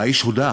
האיש הודח.